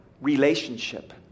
relationship